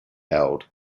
held